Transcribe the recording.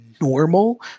normal